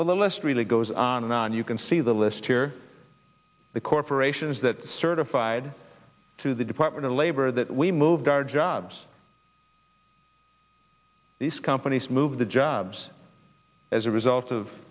the list really goes on and on you can see the list here the corporations that certified to the department of labor that we moved our jobs these companies moved the jobs as a result of